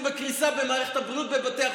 בקריסה במערכת הבריאות ובבתי החולים.